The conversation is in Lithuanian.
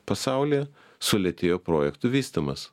pasaulyje sulėtėjo projektų vystymas